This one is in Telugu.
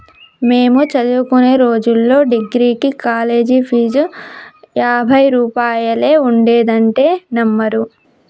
మేము చదువుకునే రోజుల్లో డిగ్రీకి కాలేజీ ఫీజు యాభై రూపాయలే ఉండేదంటే నమ్మరు